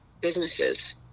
businesses